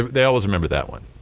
they always remember that one,